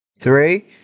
Three